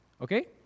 okay